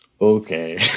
Okay